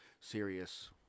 serious